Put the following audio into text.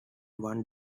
one